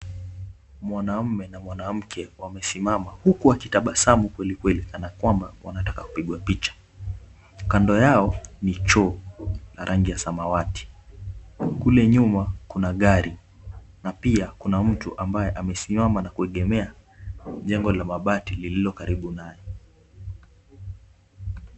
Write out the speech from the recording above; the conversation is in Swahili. Mwanaume na mwanamke wamesimama huku wakitabasamu kwelikweli kana kwamba wanataka kupigwa picha. Kando yao ni choo ya rangi ya samawati. Kule nyuma kuna gari na pia kuna mtu ambaye amesimama na kuegemea jengo la mabati lililo karibu naye.